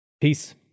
Peace